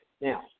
Now